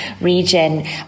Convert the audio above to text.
region